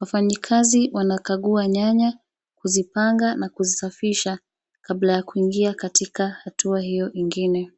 Wafanyikazi wanakagua nyanya, kuzipanga na kuzisafisha kabla ya kuingia katika hatua hiyo ingine.